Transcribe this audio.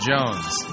Jones